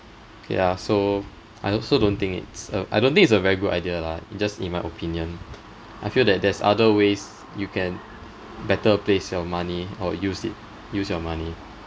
yeah so I also don't think it's a I don't think it's a very good idea lah just in my opinion I feel that there's other ways you can better place your money or use it use your money